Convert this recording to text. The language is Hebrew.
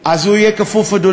זה לא נכון, מה שאתה אומר.